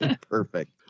Perfect